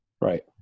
right